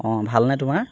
অ' ভালনে তোমাৰ